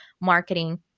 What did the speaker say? marketing